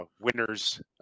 winners